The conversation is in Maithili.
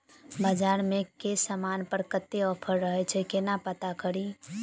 बजार मे केँ समान पर कत्ते ऑफर रहय छै केना पत्ता कड़ी?